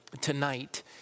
tonight